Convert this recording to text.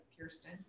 Kirsten